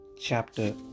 Chapter